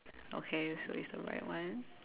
okay so it's the right one